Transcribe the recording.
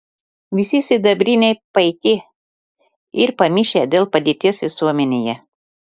visi sidabriniai paiki ir pamišę dėl padėties visuomenėje